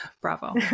bravo